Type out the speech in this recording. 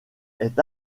est